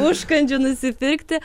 užkandžių nusipirkti